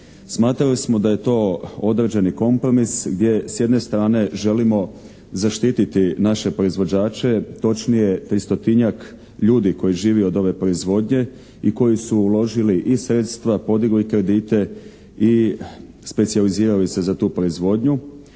Smatrali smo da je to određeni kompromis gdje s jedne strane želimo zaštiti naše proizvođače, točnije tristotinjak ljudi koji živi od ove proizvodnje i koji su uložili i sredstva, podigli kredite i specijalizirali se za tu proizvodnju.